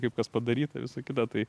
kaip kas padaryta visa kita tai